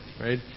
right